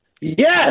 Yes